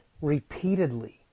repeatedly